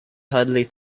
hardly